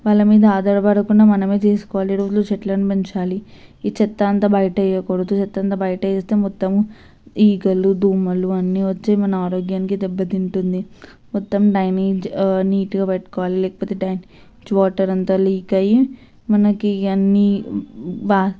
వాళ్ళ మీద ఆధారపడకుండా మనమే చేసుకోలి రోడ్డులో చెట్లను పెంచాలి ఈ చెత్త అంతా బయట వేయకూడదు చెత్త అంతా బయట వేస్తే మొత్తము ఈగలు దోమలు అన్ని వచ్చి మన ఆరోగ్యానికి దెబ్బతింటుంది మొత్తం డ్రైనేజ్ నీటుగా పెట్టుకోలి లేకపోతే వాటర్ అంత లీక్ అయ్యి మనకి అన్ని వా